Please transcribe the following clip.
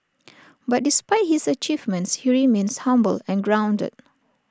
but despite his achievements he remains humble and grounded